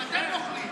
גם אתם נוכלים,